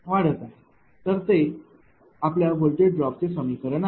तर ते आपल्या व्होल्टेज ड्रॉप चे समीकरण आहे